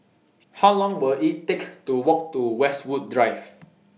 How Long Will IT Take to Walk to Westwood Drive